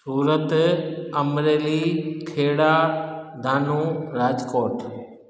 सूरत अमरेली खेड़ा धानू राजकोट